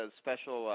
special